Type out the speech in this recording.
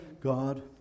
God